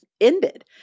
ended